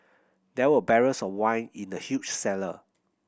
there were barrels of wine in the huge cellar